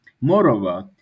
Moreover